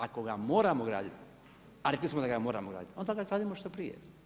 Ako ga moramo graditi, a rekli smo da ga moramo graditi, onda ga gradimo što prije.